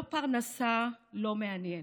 לא פרנסה, לא מעניין,